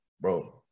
bro